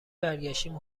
برگشتیم